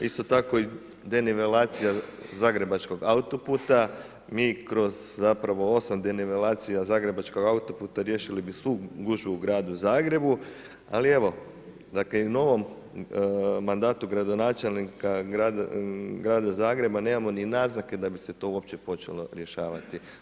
Isto tako i denivelacija zagrebačkog autoputa, mi kroz 8 denivelacija zagrebačkog autoputa riješili bi svu gužvu u gradu Zagrebu, ali evo, i u nonom mandatu gradonačelnika grada Zagreba nemamo ni naznake da bi se to uopće počelo rješavati.